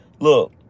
Look